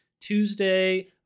tuesday